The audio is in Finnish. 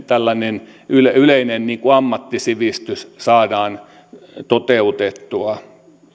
tällainen yleinen ammattisivistys saadaan toteutettua